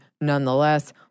nonetheless